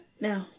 No